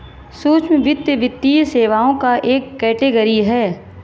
सूक्ष्म वित्त, वित्तीय सेवाओं का एक कैटेगरी है